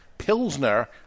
Pilsner